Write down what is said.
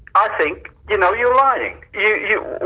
i think you know you're lying! yeah you know